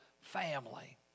family